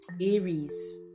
Aries